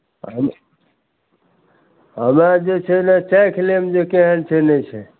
हमे हमे जे छै ने चखि लेब जे केहन छै नहि छै